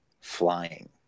flying